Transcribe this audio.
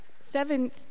seven